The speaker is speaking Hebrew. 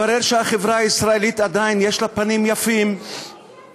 בישראל פנים יפים וערכים מלבלבים.